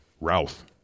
Ralph